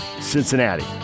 Cincinnati